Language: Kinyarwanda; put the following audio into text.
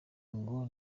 ngo